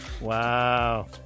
Wow